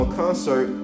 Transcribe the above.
concert